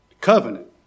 Covenant